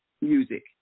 music